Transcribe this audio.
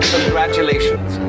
Congratulations